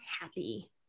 happy